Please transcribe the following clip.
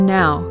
now